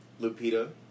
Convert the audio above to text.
Lupita